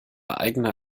eigene